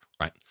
Right